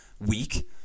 week